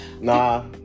nah